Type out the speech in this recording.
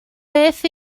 beth